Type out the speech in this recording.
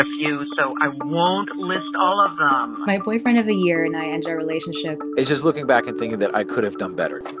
a few. so i won't list all of them um my boyfriend of a year and i ended our relationship it's just looking back and thinking that i could have done better,